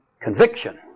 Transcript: Conviction